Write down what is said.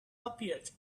appeared